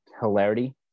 hilarity